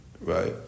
Right